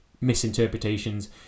Misinterpretations